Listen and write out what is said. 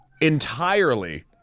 entirely